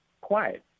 quiet